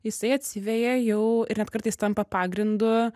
jisai atsiveja jau ir net kartais tampa pagrindu